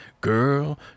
Girl